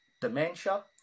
dementia